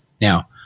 Now